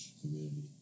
community